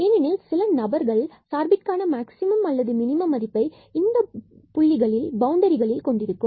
ஏனெனில் சில நபர்கள் சார்பிலான மேக்ஸிமம் அல்லது மினிமம் மதிப்பை இந்தப் புள்ளிகளில் பவுண்டரிகள் கொண்டிருக்கும்